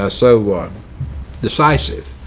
ah so decisive.